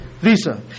visa